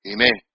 Amen